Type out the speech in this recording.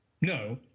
No